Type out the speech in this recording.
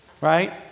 right